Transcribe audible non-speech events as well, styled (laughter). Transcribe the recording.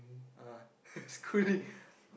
uh (laughs) schooling